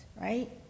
right